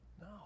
No